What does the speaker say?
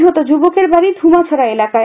নিহত যুবকের বাড়ি ধুমাছড়া এলাকায়